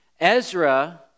Ezra